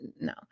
No